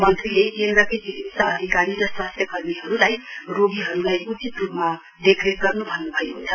मन्त्रीले केन्द्रकी चिकित्सा अधिकारी र स्वास्थ्य कर्मीहरुलाई रोगीहरुलाई उचित रुपमा देखरेख गर्नु भन्नुभएको छ